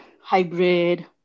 hybrid